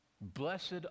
Blessed